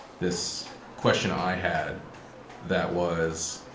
this question i had that was,